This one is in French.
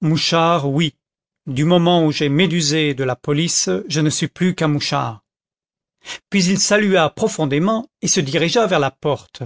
mouchard oui du moment où j'ai médusé de la police je ne suis plus qu'un mouchard puis il salua profondément et se dirigea vers la porte